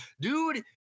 Dude